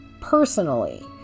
personally